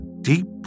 deep